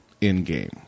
in-game